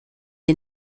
est